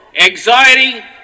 Anxiety